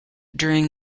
during